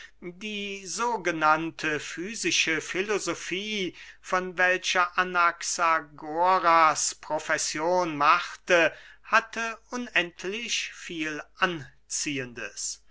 die sogenannte fysische filosofie von welcher anaxagoras profession machte hatte unendlich viel anziehendes